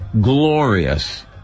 glorious